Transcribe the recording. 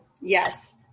Yes